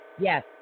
Yes